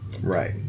Right